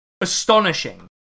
astonishing